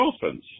Dolphins